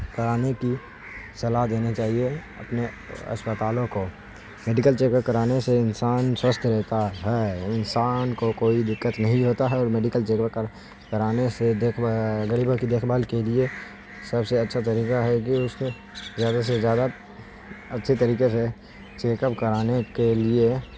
کرانے کی صلاح دینی چاہیے اپنے اسپتالوں کو میڈیکل چیک اپ کرانے سے انسان سوتھ رہتا ہے انسان کو کوئی دقت نہیں ہوتا ہے اور میڈیکل چیک اپ کرانے سے دیکھ غریبوں کی دیکھ بھال کے لیے سب سے اچھا طریقہ ہے کہ اس میں زیادہ سے زیادہ اچھے طریقے سے چیک اپ کرانے کے لیے